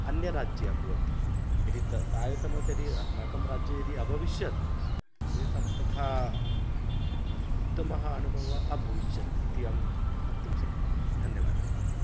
अन्यराज्ये अभवत् यदि तत् सा एव समस्या यदि अस्माकं राज्ये यदि अभविष्यत् तर्हि सा तथा उत्तमः अनुभवः अभविष्यत् इति अहं वक्तुं शक्नोमि धन्यवादः